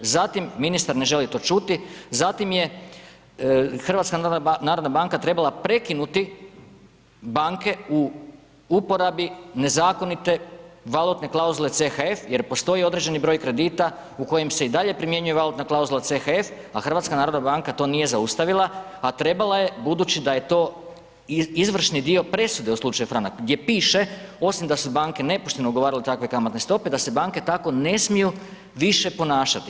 Zatim ministar ne želi to čuti, zatim je HNB trebala prekinuti banke u uporabi nezakonite valutne klauzule CHF jer postoji određeni broj kredita u kojim se i dalje primjenjuje valutna klauzula CHF a HNB to nije zaustavila a trebala je budući da je to izvršni dio presude u slučaju Franak gdje piše osim da su banke nepošteno ugovarale takve kamatne stope, da se banke tako ne smiju više ponašati.